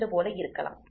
2 போல இருக்கலாம்